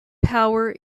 power